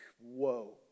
whoa